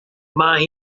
mae